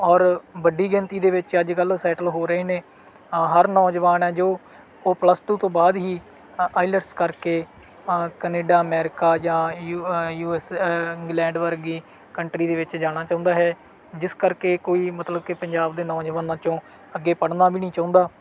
ਔਰ ਵੱਡੀ ਗਿਣਤੀ ਦੇ ਵਿੱਚ ਅੱਜ ਕੱਲ੍ਹ ਉਹ ਸੈਟਲ ਹੋ ਰਹੇ ਨੇ ਅ ਹਰ ਨੌਜਵਾਨ ਹੈ ਜੋ ਉਹ ਪਲੱਸ ਟੂ ਤੋਂ ਬਾਅਦ ਹੀ ਅ ਆਈਲੈਟਸ ਕਰਕੇ ਅ ਕਨੇਡਾ ਅਮੈਰੀਕਾ ਜਾਂ ਯੂ ਅ ਯੂ ਐਸ ਇੰਗਲੈਂਡ ਵਰਗੀ ਕੰਟਰੀ ਦੇ ਵਿੱਚ ਜਾਣਾ ਚਾਹੁੰਦਾ ਹੈ ਜਿਸ ਕਰਕੇ ਕੋਈ ਮਤਲਬ ਕਿ ਪੰਜਾਬ ਦੇ ਨੌਜਵਾਨਾਂ 'ਚੋਂ ਅੱਗੇ ਪੜ੍ਹਨਾ ਵੀ ਨਹੀਂ ਚਾਹੁੰਦਾ